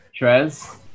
Trez